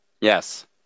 Yes